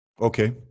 Okay